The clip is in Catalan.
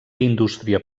indústria